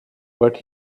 but